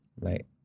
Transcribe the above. right